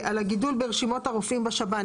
על הגידול ברשימות הרופאים בשב"ן,